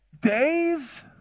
days